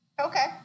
Okay